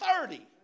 thirty